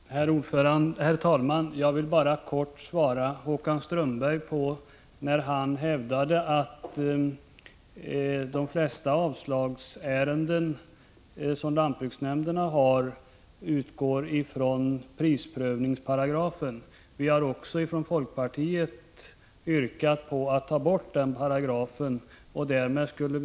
Prot. 1985/86:118 Herr talman! Låt mig bara helt kort bemöta Håkan Strömbergs påstående 16 april 1986 om att de flesta avslagsärenden som lantbruksnämnderna har utgår från Jordbruksdeparte prisprövningsparagrafen. Vi i folkpartiet har yrkat att denna paragraf skall bid tas bort.